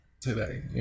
today